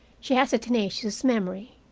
she has a tenacious memory.